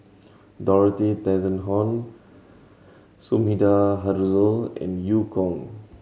Dorothy Tessensohn Sumida Haruzo and Eu Kong